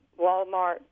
Walmart